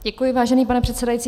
Děkuji, vážený pane předsedající.